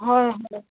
হয় হয়